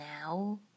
now